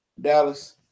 Dallas